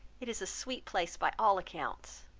it is a sweet place, by all accounts.